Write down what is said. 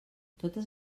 totes